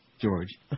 George